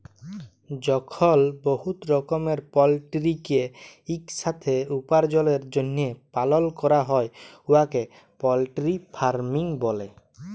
যখল বহুত রকমের পলটিরিকে ইকসাথে উপার্জলের জ্যনহে পালল ক্যরা হ্যয় উয়াকে পলটিরি ফার্মিং ব্যলে